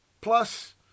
Plus